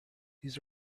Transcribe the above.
these